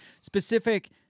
specific